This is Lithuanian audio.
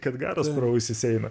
kad garas pro ausis eina